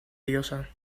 diosa